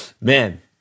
man